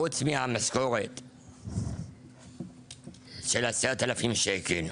חוץ מהמשכורת של 10,000 שקלים.